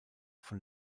von